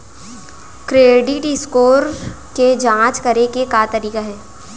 Credit score के जाँच करे के का तरीका हे?